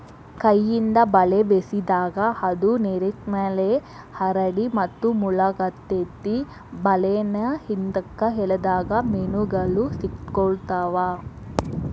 ಕೈಯಿಂದ ಬಲೆ ಬೇಸಿದಾಗ, ಅದು ನೇರಿನ್ಮ್ಯಾಲೆ ಹರಡಿ ಮತ್ತು ಮುಳಗತೆತಿ ಬಲೇನ ಹಿಂದ್ಕ ಎಳದಾಗ ಮೇನುಗಳು ಸಿಕ್ಕಾಕೊತಾವ